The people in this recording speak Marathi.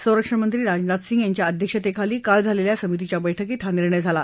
संरक्षणमंत्री राजनाथ सिंग यांच्या अध्यक्षतेखाली काल झालेल्या समितीच्या बैठकीत हा निर्णय झाला